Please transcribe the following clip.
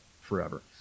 forever